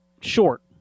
short